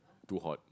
too hot